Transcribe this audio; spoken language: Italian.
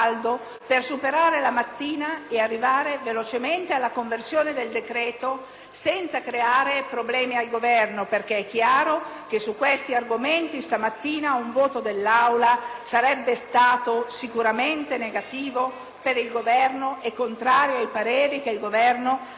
che su questi argomenti questa mattina un voto dell'Aula sarebbe stato sicuramente negativo per il Governo e contrario ai pareri che il Governo ha espresso in prima battuta su tutti gli emendamenti che riguardavano questi interventi; intanto, comunque, il dissesto continua.